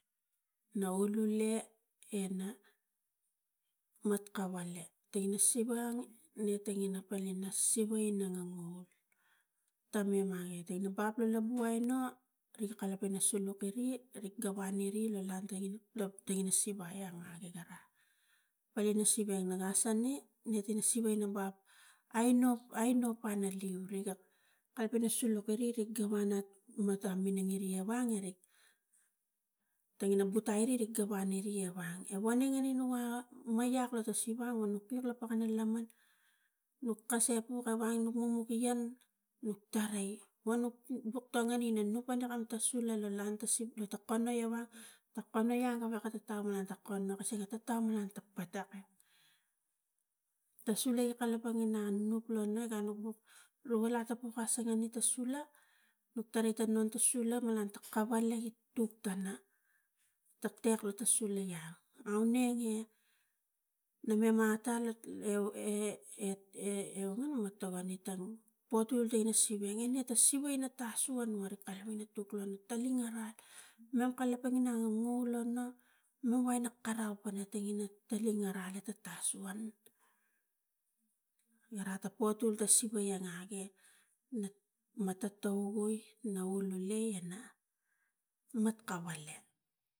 No ulule ena ngat kawale tangina siva ne tangina palina siva ina ngangavul tame marketing la baplo lavu aino ri ga kalapang ina suruk iri rika vaniri lo lantai lo tangina siva ai ri wa iwara palina na siva enga gasange netina siva ina bap, ainop ainop panareu kalapang ina suruk iri rik gavana mata minang ewang erik tangina buk aire rik kavaniri evang, e voning ini nu wa maiak ta siva a nuk puk lo pakana laman nuk kase puk evang ipuk i iang nuk tarai nuk nuk ga ngan ina nupana kam ta sule lo lanta si lo ta kanai ewa ta kanai a gawek ka tatau nan ta kono a siga tatau malang ta patak, ta sule i kalapang ina anuk lo na ga, nukvuk lo val atapuk a sagani ta sula nuk tarai ta nun ta sula malang ta kavale ipuk tono, tektek i lata sula ia aunenge na mem ata lo euneng me togoni tang potul ta na siva e a siva ina taswan varik kalapang ina tuk long taleng a rat mem kalapang ina ngangavul to nu wai ina karau tangina taling ara eta taswan, gara ta potul ta siva ia ngage na mata to ugui na ulune ena mat kaval le.